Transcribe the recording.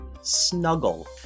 Snuggle